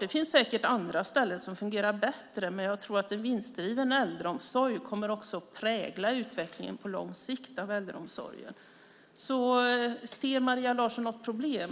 Det finns säkert andra ställen där det har fungerat bättre, men jag tror att vinstdriven äldreomsorg kommer att prägla utvecklingen i äldreomsorgen på lång sikt. Ser Maria Larsson något problem?